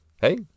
Hey